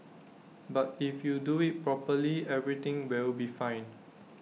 but if you do IT properly everything will be fine